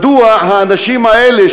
מדוע האנשים האלה,